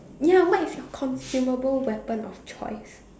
ya what is your consumable weapon of choice